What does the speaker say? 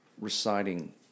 reciting